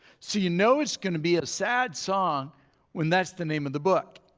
so you know it's going to be a sad song when that's the name of the book.